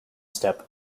step